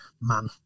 man